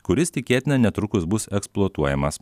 kuris tikėtina netrukus bus eksploatuojamas